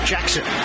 Jackson